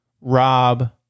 Rob